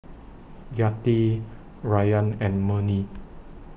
Yati Rayyan and Murni